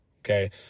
okay